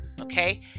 Okay